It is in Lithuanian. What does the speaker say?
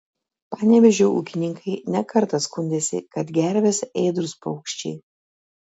panevėžio ūkininkai ne kartą skundėsi kad gervės ėdrūs paukščiai